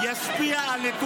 70% מהשוק